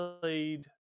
played